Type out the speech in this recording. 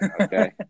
Okay